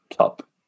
Top